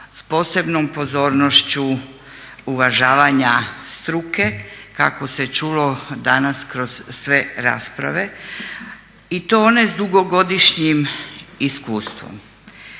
s posebnom pozornošću uvažavanja struke kao se čulo danas kroz sve rasprave i to one s dugogodišnjim iskustvom.